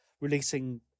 releasing